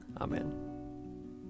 Amen